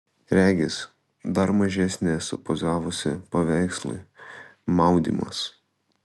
regis dar mažesnė esu pozavusi paveikslui maudymas